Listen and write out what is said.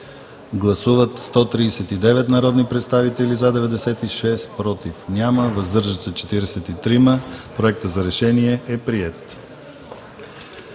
Гласуват 139 народни представители: за 96, против няма, въздържали се 43. Проектът за решение е приет.